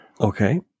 Okay